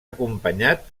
acompanyat